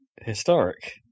historic